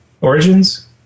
origins